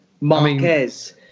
Marquez